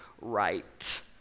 right